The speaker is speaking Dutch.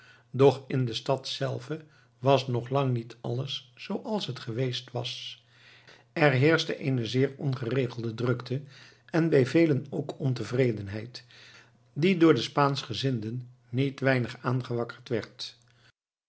doch in de stad zelve was nog lang niet alles zooals het geweest was er heerschte eene zeer ongeregelde drukte en bij velen ook ontevredenheid die door spaanschgezinden niet weinig aangewakkerd werd